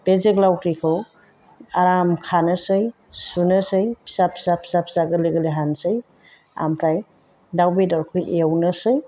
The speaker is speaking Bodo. बे जोगोलाउरिखौ आराम खानोसै सुनोसै फिसा फिसा फिसा फिसा गोरलै गोरलै हानोसै ओमफ्राय दाउ बेदरखौ एवनोसै